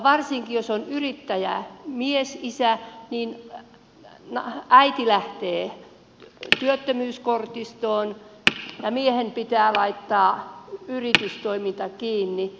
ja varsinkin jos on yrittäjämies isä niin äiti lähtee työttömyyskortistoon ja miehen pitää laittaa yritystoiminta kiinni